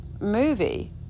movie